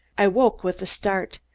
i awoke with a start,